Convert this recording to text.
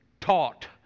taught